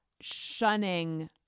shunning